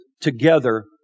together